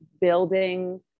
building